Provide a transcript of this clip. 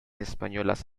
españolas